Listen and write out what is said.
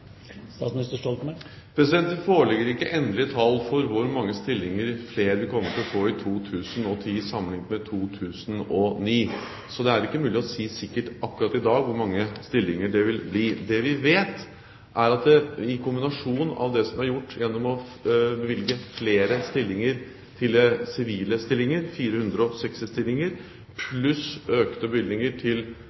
Det foreligger ikke endelige tall for hvor mange flere stillinger vi kommer til å få i 2010 sammenlignet med 2009, så i dag er det ikke mulig å si sikkert hvor mange stillinger det vil bli. Det vi vet, er at det i kombinasjon med det som er gjort gjennom å bevilge flere stillinger til sivile stillinger, 460 stillinger, pluss økte bevilgninger til